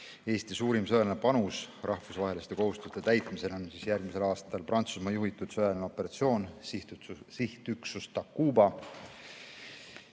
Eesti suurim sõjaline panus rahvusvaheliste kohustuste täitmisel on järgmisel aastal Prantsusmaa juhitud sõjaline operatsioon sihtüksuses Takuba.